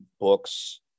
books